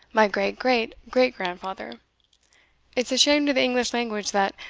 my great-great-great-grandfather it's a shame to the english language that,